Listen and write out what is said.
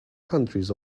countries